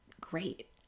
great